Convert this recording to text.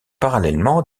parallèlement